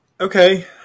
Okay